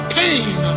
pain